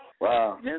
Wow